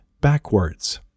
backwards